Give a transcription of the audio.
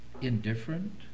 indifferent